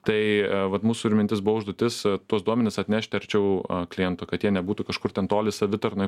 tai vat mūsų ir mintis buvo užduotis tuos duomenis atnešti arčiau kliento kad jie nebūtų kažkur ten toli savitarnoj